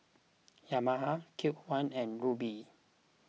Yamaha Cube one and Rubi